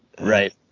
right